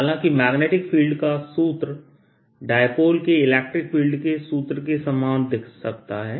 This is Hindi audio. हालांकि मैग्नेटिक फील्ड का सूत्र डाइपोल के इलेक्ट्रिक फील्ड के सूत्र के समान दिख सकता है